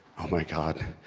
oh my god.